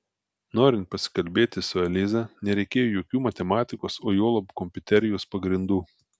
norint pasikalbėti su eliza nereikėjo jokių matematikos o juolab kompiuterijos pagrindų